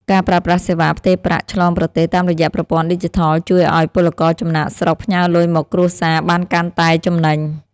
ការប្រើប្រាស់សេវាផ្ទេរប្រាក់ឆ្លងប្រទេសតាមរយៈប្រព័ន្ធឌីជីថលជួយឱ្យពលករចំណាកស្រុកផ្ញើលុយមកគ្រួសារបានកាន់តែចំណេញ។